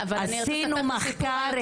עשינו מחקר,